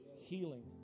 healing